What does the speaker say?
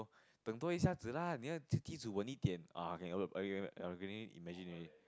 等多一下子: deng yi xia zi lah 你要梯子稳一点: ni yao ti zhi wen yi dian ah I can already imagine already